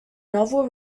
novel